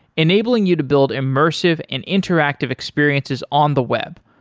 enabling you to build immersive and interactive experiences on the web,